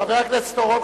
חבר הכנסת אורון,